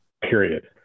period